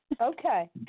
Okay